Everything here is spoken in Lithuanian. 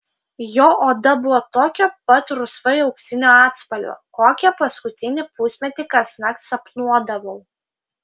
jo oda buvo tokio pat rusvai auksinio atspalvio kokią paskutinį pusmetį kasnakt sapnuodavau